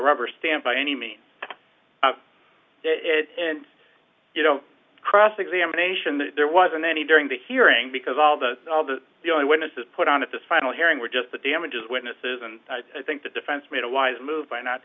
rubber stamp by any means it's you know cross examination that there wasn't any during the hearing because all the all that the only witnesses put on at this final hearing were just the damages witnesses and i think the defense made a wise move by not